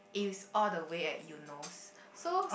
it's all the way at Eunos so